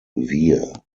wir